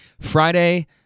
Friday